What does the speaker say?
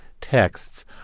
texts